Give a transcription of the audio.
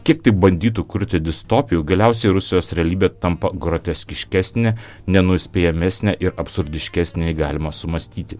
kiek tik bandytų kurti distopijų galiausiai rusijos realybė tampa groteskiškesnė nenuspėjamesnė ir absurdiškesnė nei galima sumąstyti